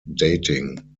dating